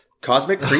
Cosmic